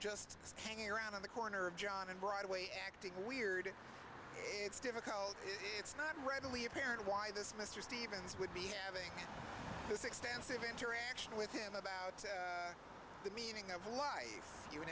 just hanging around on the corner of john and broadway acting weird it's difficult it's not readily apparent why this mr stevens would be having this extensive interaction with him about the meaning of life you